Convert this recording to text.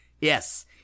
yes